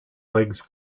legs